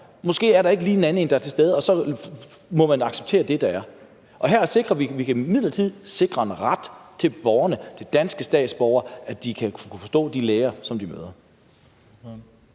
Måske er der ikke lige en anden til stede, og så må man acceptere det, der er. Og her siger vi, at vi midlertidigt kan sikre en ret til borgerne, til danske statsborgere, så de kan forstå de læger, som de møder.